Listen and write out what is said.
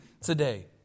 today